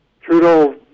Trudeau